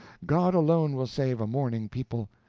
god alone will save a mourning people.